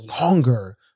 longer